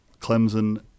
clemson